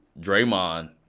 Draymond